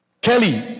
Kelly